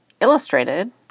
illustrated